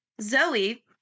Zoe